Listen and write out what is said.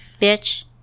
Bitch